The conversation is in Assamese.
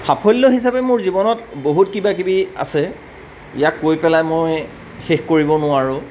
সাফল্য হিচাপে মোৰ জীৱনত বহুত কিবা কিবি আছে ইয়াক কৈ পেলাই মই শেষ কৰিব নোৱাৰোঁ